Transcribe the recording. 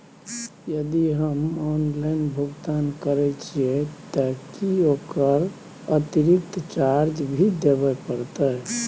यदि हम ऑनलाइन भुगतान करे छिये त की ओकर अतिरिक्त चार्ज भी देबे परतै?